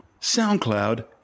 SoundCloud